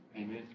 Amen